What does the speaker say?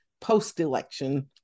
post-election